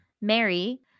Mary